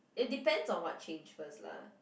it depends on what changed first lah